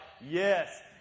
yes